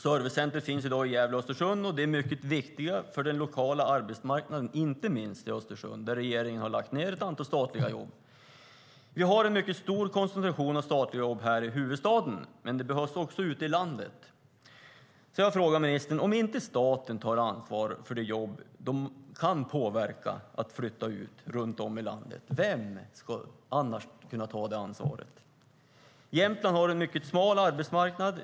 Servicecentret finns i dag i Gävle och Östersund och är mycket viktigt för den lokala arbetsmarknaden, inte minst i Östersund, där regeringen lagt ned ett antal statliga jobb. Vi har en mycket stor koncentration av statliga jobb här i huvudstaden, men det behövs också ute i landet. Jag frågar ministern: Om inte staten tar ansvar för de jobb den kan påverka att flytta ut runt om i landet, vem ska annars kunna ta det ansvaret? Jämtland har en mycket smal arbetsmarknad.